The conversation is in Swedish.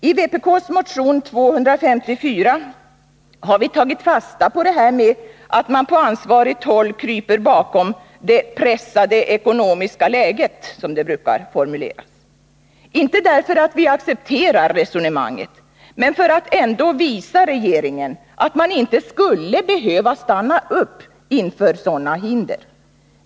I vpk:s motion 1980/81:254 har vi tagit fasta på det här med att man på ansvarigt håll kryper bakom det ”pressade ekonomiska läget” , inte därför att vi accepterar resonemanget, men för att visa regeringen att man inte behöver stoppa inför sådana hinder.